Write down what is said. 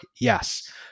Yes